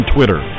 Twitter